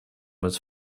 was